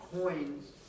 coins